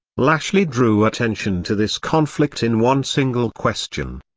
lashley drew attention to this conflict in one single question.